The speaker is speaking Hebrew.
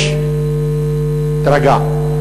תירגע.